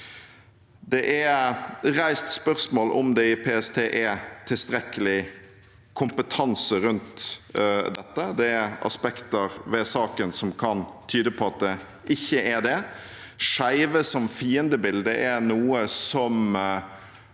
Det er reist spørsmål om hvorvidt det i PST er tilstrekkelig kompetanse rundt dette. Det er aspekter ved saken som kan tyde på at det ikke er det. Skeive som fiendebilde er noe som